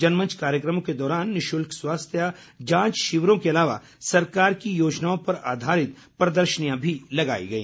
जनमंच कार्यक्रमों के दौरान निशुल्क स्वास्थ्य जांच शिविरों के अलावा सरकार की योजनाओं पर आधारित प्रदर्शनी भी लगाई गई